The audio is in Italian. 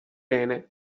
rene